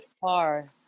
far